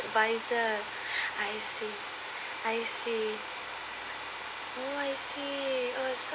advisor I see I see oh I see oh so